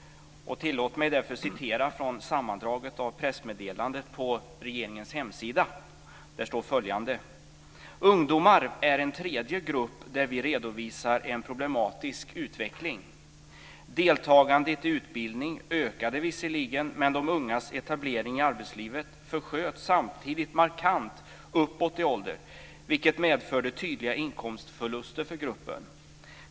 Jag vill citera ur sammandraget av pressmeddelandet på regeringens hemsida: "Ungdomar är en tredje grupp där vi redovisar en problematisk utveckling. Deltagandet i utbildning ökade visserligen men de ungas etablering i arbetslivet försköts samtidigt markant uppåt i ålder, vilket medförde tydliga inkomstförluster för gruppen.